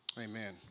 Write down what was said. Amen